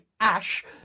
ash